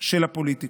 של הפוליטיקה.